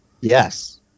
Yes